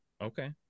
Okay